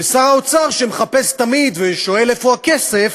ושר האוצר שמחפש תמיד ושואל איפה הכסף,